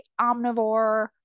omnivore